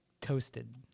toasted